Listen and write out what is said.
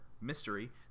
mystery